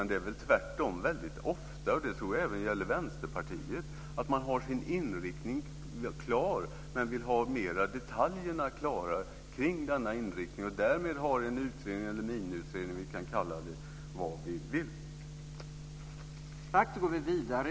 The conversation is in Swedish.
Det är tvärtom väldigt ofta så - och det tror jag även gäller Vänsterpartiet - att man har sin inriktning klar, men vill ha detaljerna mer klargjorda kring inriktningen. Därmed gör man en miniutredning, eller vad vi nu vill kalla det.